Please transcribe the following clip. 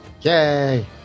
Yay